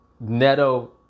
Neto